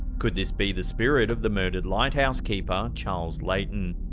could this be the spirit of the murdered lighthouse keeper, charles layton?